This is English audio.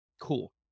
Cool